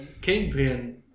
kingpin